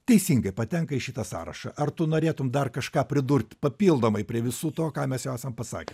teisingai patenka į šitą sąrašą ar tu norėtum dar kažką pridurt papildomai prie visų to ką mes esam pasakę